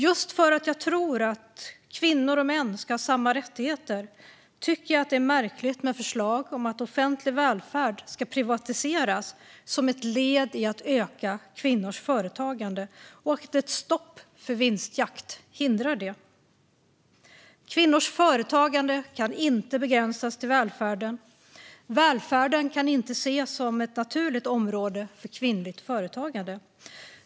Just för att jag tror på att kvinnor och män ska ha samma rättigheter tycker jag att det är märkligt med förslag om att offentlig välfärd ska privatiseras som ett led i att öka kvinnors företagande och att ett stopp för vinstjakt hindrar kvinnors företagande. Kvinnors företagande kan inte begränsas till välfärden, och välfärden kan inte ses som ett naturligt område för kvinnligt företagande.